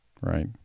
right